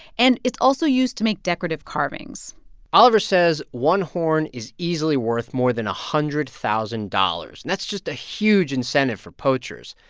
and it's also used to make decorative carvings oliver says one horn is easily worth more than one hundred thousand dollars. and that's just a huge incentive for poachers.